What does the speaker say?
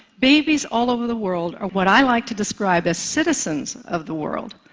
babies all over the world are what i like to describe as citizens of the world.